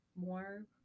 more